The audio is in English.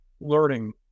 learning